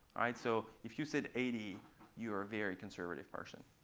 so if you said eighty you're a very conservative person.